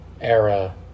era